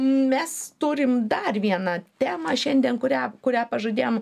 mes turim dar vieną temą šiandien kurią kurią pažadėjom